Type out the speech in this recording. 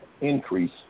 increase